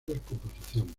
descomposición